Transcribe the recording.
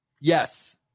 yes